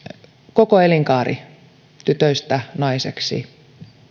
koko elinkaari tytöstä naiseksi